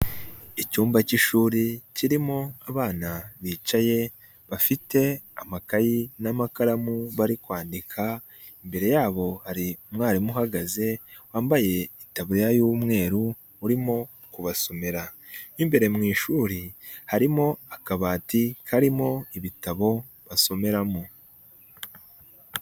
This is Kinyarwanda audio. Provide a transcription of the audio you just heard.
Icyumba cy'ishuri kirimo abana bicaye bafite amakayi n'amakaramu bari kwandika, imbere yabo hari umwarimu uhagaze wambaye itaburiya y'umweru urimo kubasomera, mu imbere mu ishuri harimo akabati karimo ibitabo basomeramo.